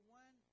one